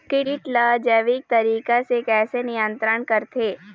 कीट ला जैविक तरीका से कैसे नियंत्रण करथे?